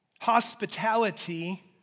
Hospitality